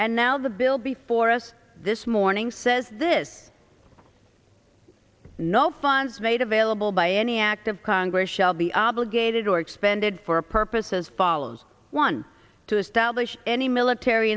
and now the bill before us this morning says this no funds made available by any act of congress shall be obligated or expanded for a purpose as follows one to establish any military